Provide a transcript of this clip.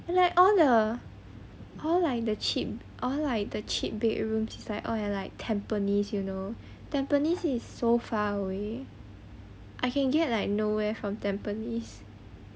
and like all the all like the cheap all like the cheap bedrooms is like all like at tampines you know tampines is so far away I can't get like nowhere from tampines